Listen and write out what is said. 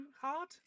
hard